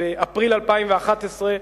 באפריל 2011,